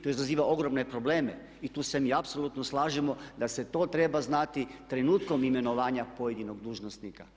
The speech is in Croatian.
To izaziva ogromne probleme i tu se mi apsolutno slažemo da se to treba znati trenutkom imenovanja pojedinog dužnosnika.